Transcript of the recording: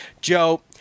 Joe